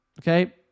Okay